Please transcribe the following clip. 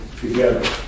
together